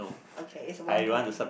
okay it's one point